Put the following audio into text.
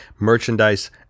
merchandise